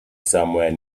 somewhere